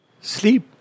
Sleep